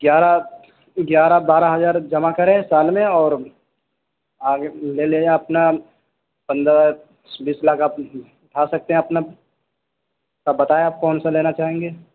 گیارہ گیارہ بارہ ہزار جمع کریں سال میں اور آگے لے لیں اپنا پندرہ بیس لاکھ آپ اٹھا سکتے ہیں اپنا سر بتائیں آپ کون سا لینا چاہیں گے